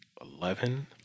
eleven